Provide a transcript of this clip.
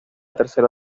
tercera